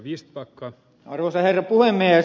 arvoisa herra puhemies